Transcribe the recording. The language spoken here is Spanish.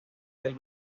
del